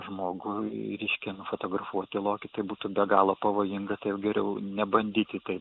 žmogui reiškia nufotografuoti lokį tai būtų be galo pavojinga tai jau geriau nebandykite